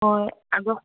ꯍꯣꯏ ꯑꯗꯣ